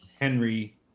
Henry